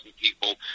people